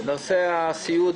נושא הסיעוד